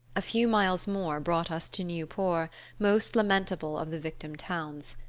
a few miles more brought us to nieuport, most lamentable of the victim towns.